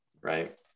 Right